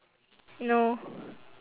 no